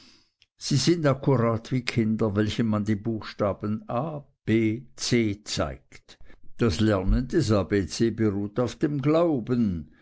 sie sind akkurat wie kinder welchen man die buchstaben a b c zeigt das lernen des a b c beruht auf dem glauben